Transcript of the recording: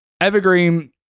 Evergreen